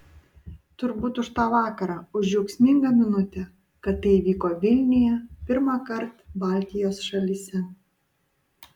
turbūt už tą vakarą už džiaugsmingą minutę kad tai įvyko vilniuje pirmąkart baltijos šalyse